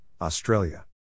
Australia